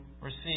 receive